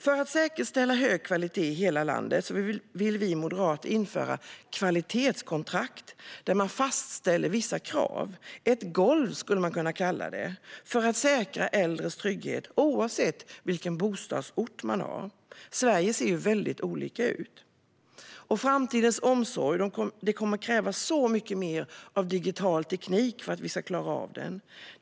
För att säkerställa hög kvalitet i hela landet vill vi moderater införa kvalitetskontrakt där man fastställer vissa krav. Ett golv, skulle man kunna kalla det, för att säkra äldres trygghet oavsett vilken bostadsort de har. Det ser ju väldigt olika ut i Sverige. Det kommer att krävas mycket mer digital teknik för att vi ska klara av framtidens omsorg.